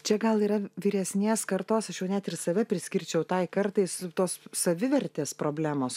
čia gal yra vyresnės kartos aš jau net ir save priskirčiau tai kartais tos savivertės problemos